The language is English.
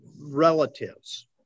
relatives